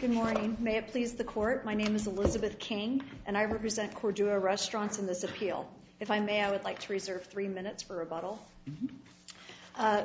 good morning may have please the court my name is elizabeth king and i represent court to a restaurant in this appeal if i may i would like to reserve three minutes for a bottle